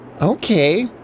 Okay